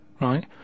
right